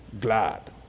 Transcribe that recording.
glad